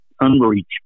unreached